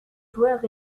joueurs